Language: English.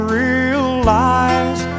realize